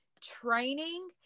Training